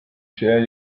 share